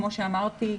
כפי שאמרתי,